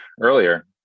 earlier